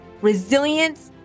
resilience